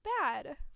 bad